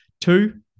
two